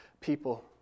people